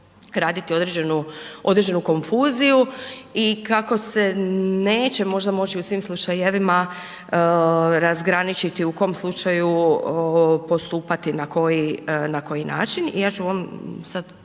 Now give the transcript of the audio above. graditi određenu konfuziju i kako se neće možda moći u svim slučajevima razgraničiti u kom slučaju postupati na koji način. Ja ću u ovom